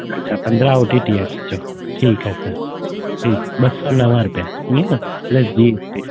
अच्छा पंद्रहं O T T apps अच्छा ठीकु आहे सर ठीकु ॿ सौ नव रुपिया ईअं न प्लस जी एस टी